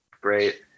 Great